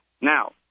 Now